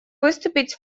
выступить